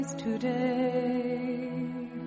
Today